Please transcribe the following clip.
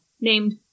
named